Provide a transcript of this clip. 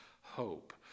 hope